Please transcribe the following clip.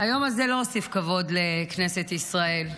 היום הזה לא הוסיף כבוד לכנסת ישראל,